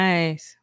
Nice